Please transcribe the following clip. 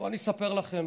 בואו, אני אספר לכם.